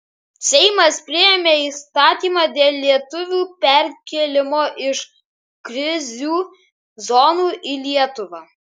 seimas priėmė įstatymą dėl lietuvių perkėlimo iš krizių zonų į lietuvą